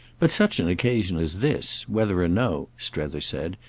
but such an occasion as this, whether or no, strether said,